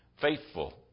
faithful